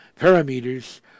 parameters